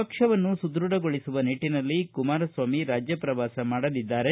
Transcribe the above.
ಪಕ್ಷವನ್ನು ಸುಧ್ಯಡಗೊಳಿಸುವ ನಿಟ್ಟನಲ್ಲಿ ಕುಮಾರಸ್ವಾಮಿ ರಾಜ್ಯ ಪ್ರವಾಸ ಮಾಡಲಿದ್ದಾರೆ